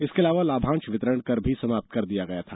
इसके अलावा लाभांष वितरण कर भी समाप्त कर दिया गया था